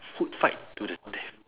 food fight to the death